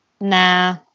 Nah